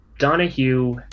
Donahue